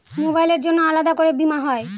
মোবাইলের জন্য আলাদা করে বীমা হয়?